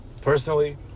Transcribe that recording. personally